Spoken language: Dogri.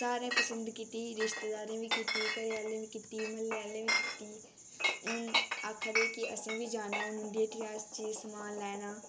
सारें पंसद कीती रिश्तेदारें बी कीती घरेआह्लें बी कीती म्हल्लें आह्ले बी कीती हून आखा दे के असें बी जाना उंदी हट्टिया चीज समान लैना